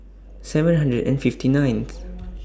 seven hundred and fifty ninth